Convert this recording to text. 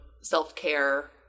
self-care